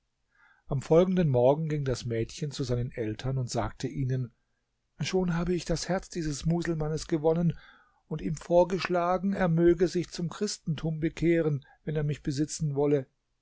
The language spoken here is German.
am folgenden morgen ging das mädchen zu seinen eltern und sagte ihnen schon habe ich das herz dieses muselmannes gewonnen und ihm vorgeschlagen er möge sich zum christentum bekehren wenn er mich besitzen wolle